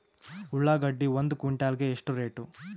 ಉಳ್ಳಾಗಡ್ಡಿ ಒಂದು ಕ್ವಿಂಟಾಲ್ ಗೆ ಎಷ್ಟು ರೇಟು?